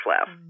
left